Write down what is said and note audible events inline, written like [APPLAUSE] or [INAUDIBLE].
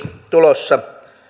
[UNINTELLIGIBLE] tulossa